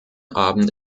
abend